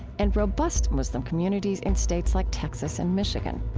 and robust muslim communities in states like texas and michigan.